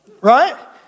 right